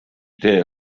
tee